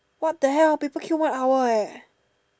what the hell people queue one hour eh